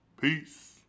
Peace